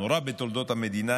הנורא בתולדות המדינה,